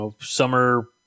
summer